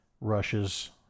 rushes